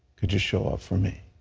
could you show up for me?